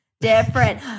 Different